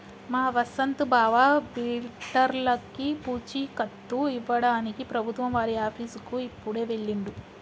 మా వసంత్ బావ బిడ్డర్లకి పూచీకత్తు ఇవ్వడానికి ప్రభుత్వం వారి ఆఫీసుకి ఇప్పుడే వెళ్ళిండు